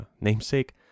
namesake